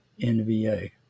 NVA